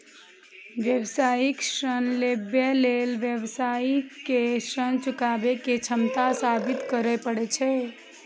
व्यावसायिक ऋण लेबय लेल व्यवसायी कें ऋण चुकाबै के क्षमता साबित करय पड़ै छै